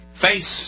face